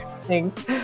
Thanks